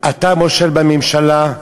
אתה מושל בממשלה?